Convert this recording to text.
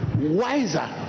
wiser